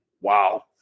wow